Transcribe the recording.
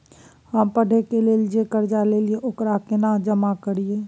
हम पढ़े के लेल जे कर्जा ललिये ओकरा केना जमा करिए?